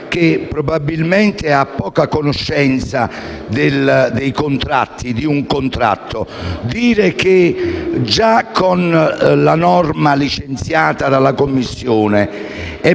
che probabilmente ha poca conoscenza di un contratto. Dire che già nella norma licenziata dalla Commissione è